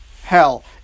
Hell